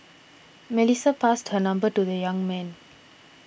Melissa passed her number to the young man